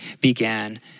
began